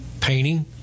painting